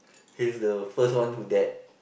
he's the first one who dead